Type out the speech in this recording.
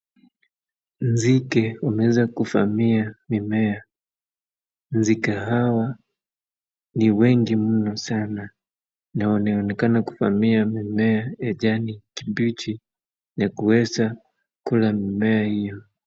Nzige wameweza kuvamia mimea, nzige hawa ni wengi mno sana na wanaonekana kuvamia mimea ya jani kibichi na kuweza kula mimea hiyo.